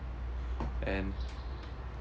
and